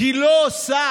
היא לא עושה.